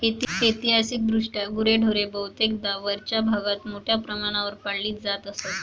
ऐतिहासिकदृष्ट्या गुरेढोरे बहुतेकदा वरच्या भागात मोठ्या प्रमाणावर पाळली जात असत